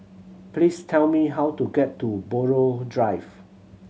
please tell me how to get to Buroh Drive